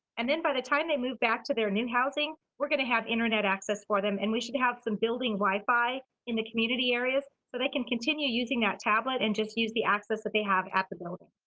and then by the time they move back to their new housing, we're going to have internet access for them, and we should have some building wi-fi in the community areas. so they can continue using that tablet and just use the access that they have at the building.